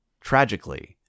Tragically